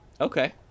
Okay